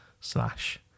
slash